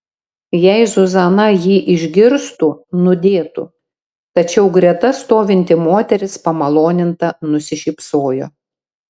jei zuzana jį išgirstų nudėtų tačiau greta stovinti moteris pamaloninta nusišypsojo